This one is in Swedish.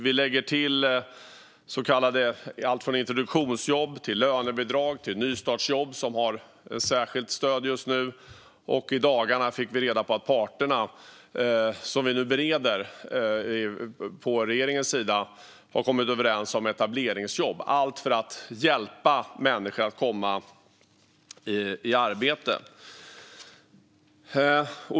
Vi lägger till allt från introduktionsjobb och lönebidrag till nystartsjobb. De har just nu särskilt stöd. I dagarna fick vi reda på att parterna har kommit överens om etableringsjobb. Det är något som vi nu bereder från regeringens sida. Allt det görs för att hjälpa människor att komma i arbete.